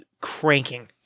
cranking